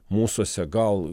mūsuose gal